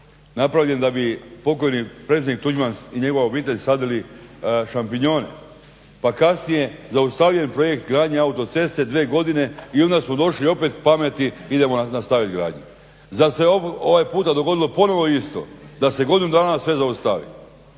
napravljen da bi pokojni predsjednik Tuđman i njegova obitelj sadili šampinjone pa kasnije zaustavljen projekt gradnje autoceste dvije godine i onda smo došli opet pameti idemo nastaviti gradnju. Zar se ovaj puta dogodilo ponovno isto da se godinu dana sve zaustavi?